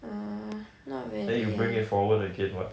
err not really eh